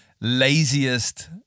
laziest